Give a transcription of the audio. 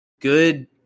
good